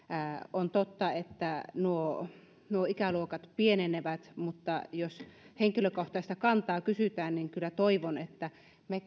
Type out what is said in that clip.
on totta että nuo nuo ikäluokat pienenevät mutta jos henkilökohtaista kantaa kysytään niin kyllä toivon että